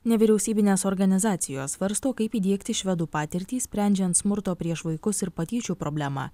nevyriausybinės organizacijos svarsto kaip įdiegti švedų patirtį sprendžiant smurto prieš vaikus ir patyčių problemą